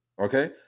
okay